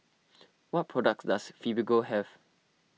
what products does Fibogel have